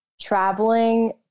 traveling